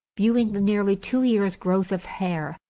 viewing the nearly two years' growth of hair,